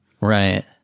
Right